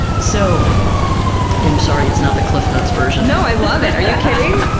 so um sorry it's not the cliffsnotes version. no, i love it. are you kidding?